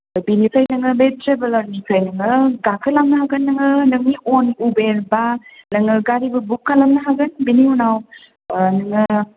बिनिफ्राय नोङो बे ट्रेभेलारनिफ्रायनो नोङो गाखोलांनो हागोन नोङो नोंनि अन उबेर बा नोङो गारिबो बुक खालामनो हागोन बेनि उनाव नोङो